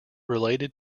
related